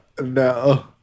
No